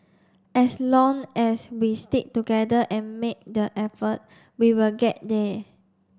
as long as we stick together and make the effort we will get there